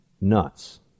nuts